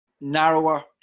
narrower